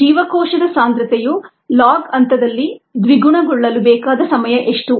ಜೀವಕೋಶದ ಸಾಂದ್ರತೆಯು ಲಾಗ್ ಹಂತದಲ್ಲಿ ದ್ವಿಗುಣಗೊಳ್ಳಲು ಬೇಕಾದ ಸಮಯ ಎಷ್ಟು